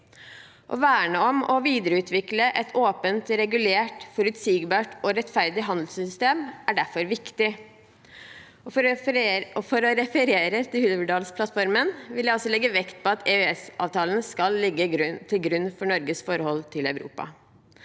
Å verne om og videreutvikle et åpent, regulert, forutsigbart og rettferdig handelssystem er derfor viktig. For å referere til Hurdalsplattformen vil jeg også legge vekt på at EØSavtalen skal ligge til grunn for Norges forhold til Europa.